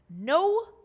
no